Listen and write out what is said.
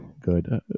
Good